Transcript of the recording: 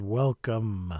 welcome